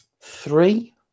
three